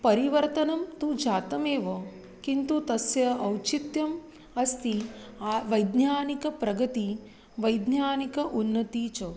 परिवर्तनं तु जातमेव किन्तु तस्य औचित्यम् अस्ति वैज्ञानिकप्रगतिः वैज्ञानिकी उन्नतिः च